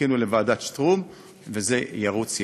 חיכינו לוועדת שטרום וזה ירוץ יחד.